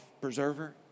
preserver